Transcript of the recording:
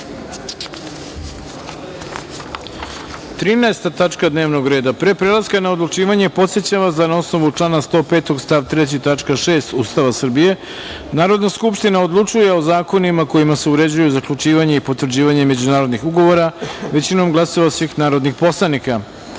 tačka dnevnog reda. Pre prelaska na odlučivanje, podsećam vas da, na osnovu člana 105. stav 3. tačka 6. Ustava Srbije, Narodna skupština odlučuje o zakonima kojima se uređuju zaključivanje i potvrđivanje međunarodnih ugovora većinom glasova svih narodnih poslanika. Stavljam